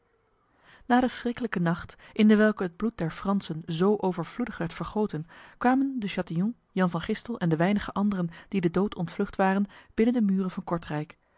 na de schrikkelijke nacht in dewelke het bloed der fransen zo overvloedig werd vergoten kwamen de chatillon jan van gistel en de weinige anderen die de dood ontvlucht waren binnen de muren van kortrijk